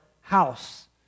house